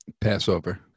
Passover